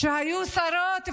והיו שרות ושרים,